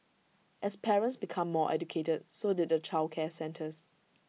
as parents became more educated so did the childcare centres